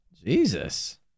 Jesus